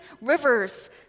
rivers